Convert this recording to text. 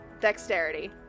dexterity